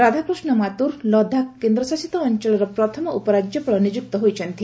ରାଧାକୃଷ୍ଣ ମାଥୁର୍ ଲଦାଖ୍ କେନ୍ଦ୍ରଶାସିତ ଅଞ୍ଚଳର ପ୍ରଥମ ଉପରାଜ୍ୟପାଳ ନିଯୁକ୍ତ ହୋଇଛନ୍ତି